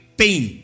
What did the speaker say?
pain